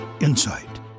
insight